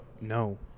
No